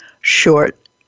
Short